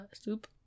soup